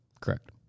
Correct